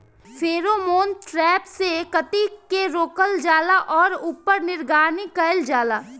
Pheromone trap से कीट के रोकल जाला और ऊपर निगरानी कइल जाला?